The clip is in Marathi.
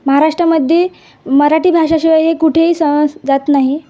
महाराष्टामध्ये मराठी भाषाशिवाय हे कुठेही स जात नाही